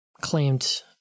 claimed